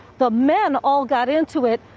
the men all got into it.